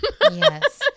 yes